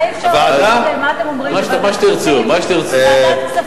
ועדת כספים.